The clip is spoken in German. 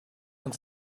uns